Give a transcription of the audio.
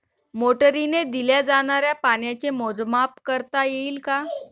मोटरीने दिल्या जाणाऱ्या पाण्याचे मोजमाप करता येईल का?